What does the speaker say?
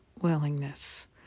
willingness